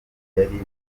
yari